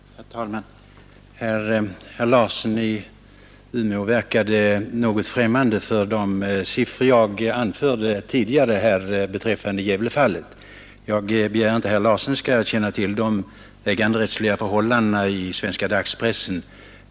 Herr talman! Herr Larsson i Umeå verkade något främmande för de siffror jag anförde tidigare beträffande Gävlefallet. Jag begär inte att herr Larsson skall känna till de äganderättsliga förhållandena inom den svenska dagspressen.